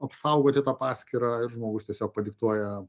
apsaugoti tą paskyrą ir žmogus tiesiog padiktuoja